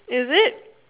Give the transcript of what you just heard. is it